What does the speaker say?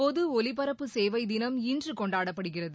பொது ஒலிபரப்பு சேவை தினம் இன்று கொண்டாடப்படுகிறது